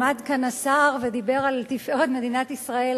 עמד כאן השר ודיבר על תפארת מדינת ישראל.